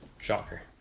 Shocker